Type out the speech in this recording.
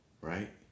right